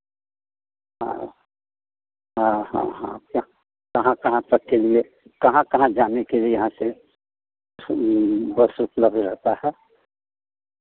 हाँ हाँ हाँ हाँ कहाँ कहाँ तक के लिए कहाँ कहाँ जाने के लिए यहाँ से बस उपलब्ध रहता है